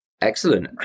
Excellent